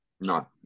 No